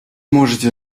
можете